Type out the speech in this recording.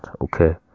Okay